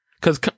cause